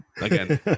again